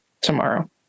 tomorrow